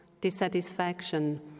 dissatisfaction